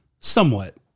somewhat